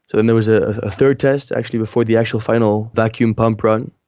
then there was a third test actually before the actual final vacuum pump run,